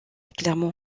clermont